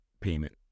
payment